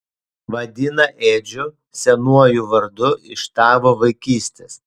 vadina edžiu senuoju vardu iš tavo vaikystės